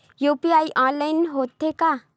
UPI online होथे का?